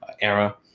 era